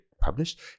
published